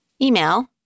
Email